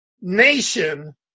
nation